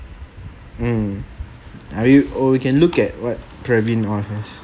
mm are you or you can look at what praveen orders